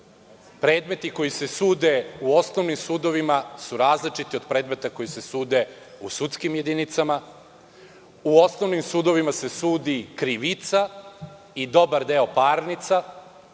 predmeti koji se sude u osnovnim sudovima su različiti od predmeta koji se sude u sudskim jedinicama, u osnovnim sudovima se sudi krivica i dobar deo parnica,